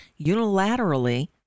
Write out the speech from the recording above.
unilaterally